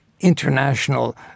International